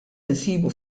insibu